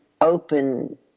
open